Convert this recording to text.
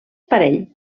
parell